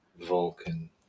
Vulcan